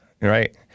right